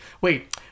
Wait